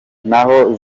n’aho